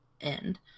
end